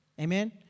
Amen